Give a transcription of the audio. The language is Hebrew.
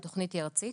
התוכנית היא ארצית.